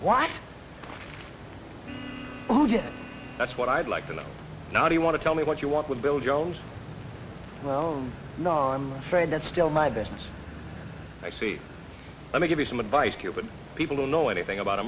wife oh yeah that's what i'd like to know now do you want to tell me what you want with bill jones no no i'm afraid that's still my business i see let me give you some advice cuban people don't know anything about a